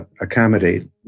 accommodate